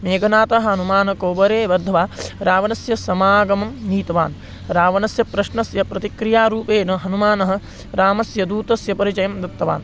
मेघनाथः हनूमान् कोवरे वध्वा रावणस्य समागमं नीतवान् रावणस्य प्रश्नस्य प्रतिक्रियारूपेण हनूमान् रामस्य दूतस्य परिचयं दत्तवान्